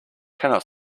cannot